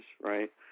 right